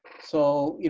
so,